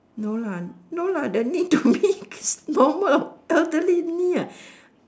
no lah no lah there need to mix normal elderly me ah